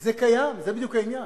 זה קיים, זה בדיוק העניין.